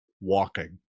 walking